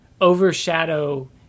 overshadow